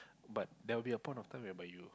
but there will be a point of time whereby you